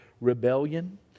rebellion